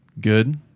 good